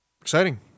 Exciting